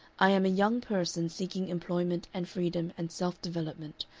i am a young person seeking employment and freedom and self-development,